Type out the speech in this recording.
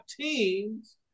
teams